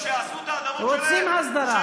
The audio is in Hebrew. רוצים הסדרה.